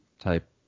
type